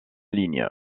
ligne